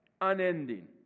Unending